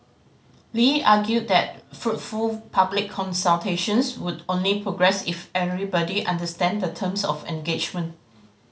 Lee argued that fruitful public consultations would only progress if everybody understand the terms of engagement